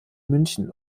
münchen